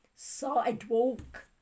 sidewalk